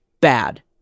bad